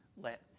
Let